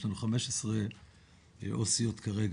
יש לנו 15 עו"סיות כרגע.